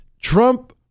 Trump